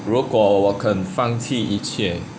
如果我肯放弃一切